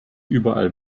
überall